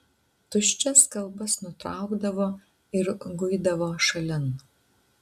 tuščias kalbas nutraukdavo ir guidavo šalin